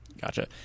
Gotcha